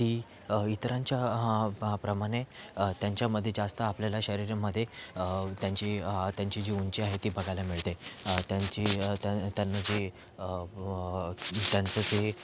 ती इतरांचा प्रमाणे त्यांच्यामध्ये जास्त आपल्याला शरीरामध्ये त्यांची त्यांची जी उंची आहे ती बघाला मिळते त्यांची त्यांची त्यांच ते